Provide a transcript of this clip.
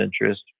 interest